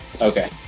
Okay